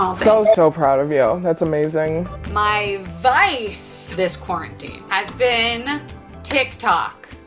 um so, so proud of you. that's amazing. my vice this quarantine has been tiktok.